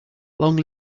long